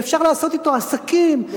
שאפשר לעשות אתו עסקים,